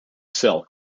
sell